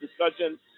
discussion